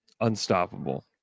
Unstoppable